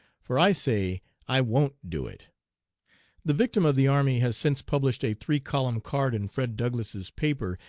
for i say i won't do it the victim of the army has since published a three column card in fred douglass's paper,